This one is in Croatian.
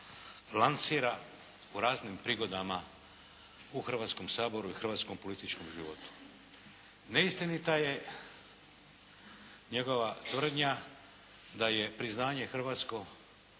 lansira u raznim prigodama u Hrvatskom saboru i hrvatskom političkom životu. Neistinita je njegova tvrdnja da je priznanje hrvatsko